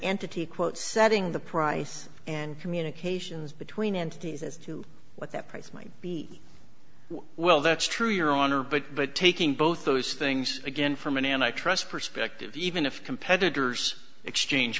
entity quote setting the price and communications between entities as to what that price might be well that's true your honor but but taking both those things again from an antitrust perspective even if competitors exchange